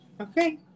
Okay